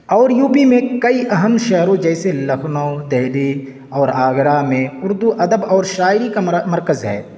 اور U P میں کئی اہم شہروں جیسے لکھنؤ دہلی اور آگرہ میں اردو ادب اور شاعری کا مرکز ہے